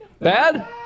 bad